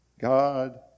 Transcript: God